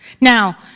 Now